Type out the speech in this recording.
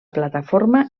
plataforma